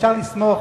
אפשר לסמוך